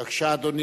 בבקשה, אדוני.